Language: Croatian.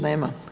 Nema.